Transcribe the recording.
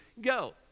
go